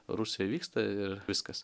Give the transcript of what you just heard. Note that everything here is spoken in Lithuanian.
rusijoj vyksta ir viskas